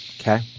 Okay